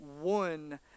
one